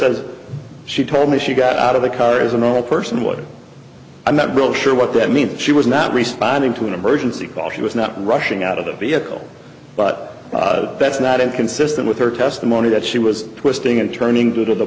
says she told me she got out of the car is a normal person would i'm not really sure what that means she was not responding to an emergency call she was not rushing out of the vehicle but that's not inconsistent with her testimony that she was twisting and turning to the